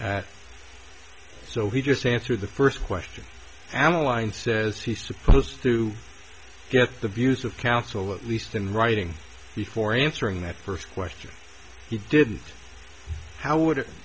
at so he just answer the first question adeline says he's supposed to get the views of counsel at least in writing before answering that first question he did how would